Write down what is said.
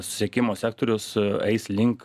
susisiekimo sektorius eis link